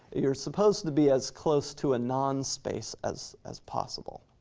you're supposed to be as close to a non-space as as possible.